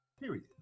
Period